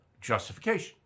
justification